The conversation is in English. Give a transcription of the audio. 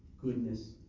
goodness